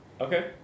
Okay